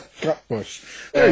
Cutbush